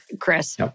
Chris